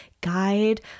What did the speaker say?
guide